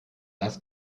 das